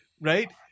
right